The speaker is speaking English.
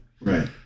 Right